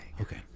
Okay